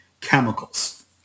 chemicals